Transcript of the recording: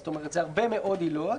זאת אומרת, זה הרבה מאוד עילות.